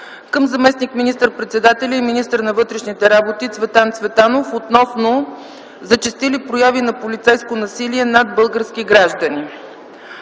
към заместник министър-председателя и министър на вътрешните работи Цветан Цветанов относно зачестили прояви на полицейско насилие над български граждани.